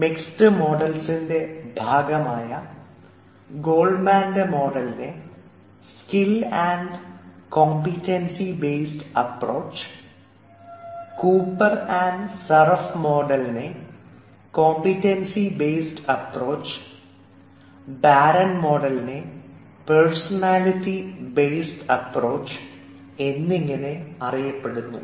mixed മോഡൽസിൻറെ ഭാഗമായ ഗോൽമാന്റെ മോഡലിനെ skill and competency based approach Cooper Sawaf മോഡലിനെ കോമ്പിറ്റൻസി ബേസ്ഡ് അപ്പ്രോച് ബാരൺ മോഡലിനെ പേഴ്സണാലിറ്റി ബേസ്ഡ് അപ്പ്രോച് എന്നിങ്ങനെ അറിയപ്പെടുന്നു